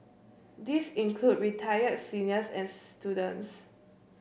these include retired seniors and students